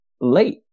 late